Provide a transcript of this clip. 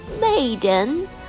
Maiden